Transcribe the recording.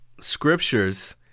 scriptures